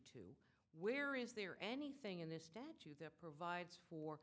to where is there anything in this debt that provides for